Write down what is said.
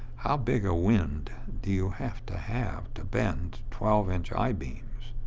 how big a wind do you have to have to bend twelve inch eye-beams?